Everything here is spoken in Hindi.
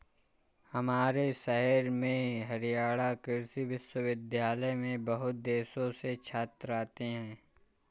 हमारे शहर में हरियाणा कृषि विश्वविद्यालय में बहुत देशों से छात्र आते हैं